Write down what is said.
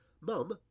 Mum